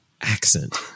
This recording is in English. accent